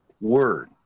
word